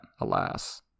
alas